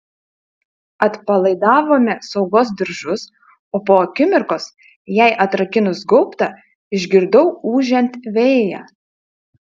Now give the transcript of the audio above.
atpalaidavome saugos diržus o po akimirkos jai atrakinus gaubtą išgirdau ūžiant vėją